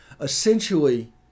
Essentially